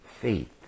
faith